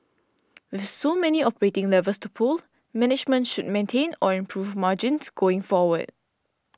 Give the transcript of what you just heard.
with so many operating levers to pull management should maintain or improve margins going forward